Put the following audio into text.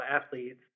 athletes